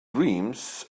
dreams